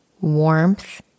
warmth